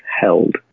held